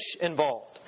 involved